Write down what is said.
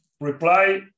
reply